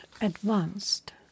advanced